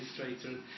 administrator